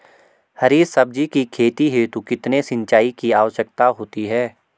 हरी सब्जी की खेती हेतु कितने सिंचाई की आवश्यकता होती है?